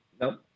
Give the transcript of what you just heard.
No